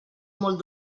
molt